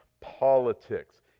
politics